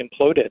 imploded